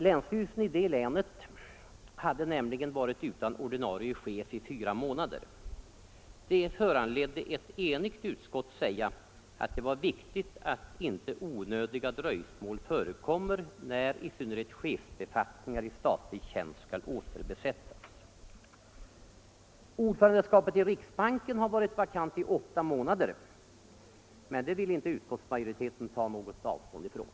Länsstyrelsen i det länet hade — Granskning av nämligen varit utan ordinarie chef i fyra månader. Det föranledde ett — statsrådens enigt utskott att säga att det var viktigt att inte onödiga dröjsmål fö — tjänsteutövning rekommer när i synnerhet chefsbefattningar i statlig tjänst skall åter = m.m. besättas. Ordförandeskapet i riksbanksfullmäktige har varit vakant i åtta må = Tillsättande av nader, men det vill inte utskottsmajoriteten ta något avstånd från.